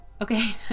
Okay